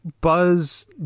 buzz